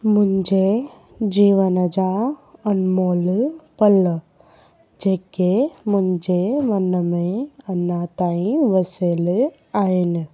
मुंहिंजे जीवन जा अनमोल पल जेके मुंहिंजे मन में अञा ताईं वसियलु आहिनि